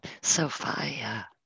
Sophia